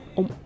om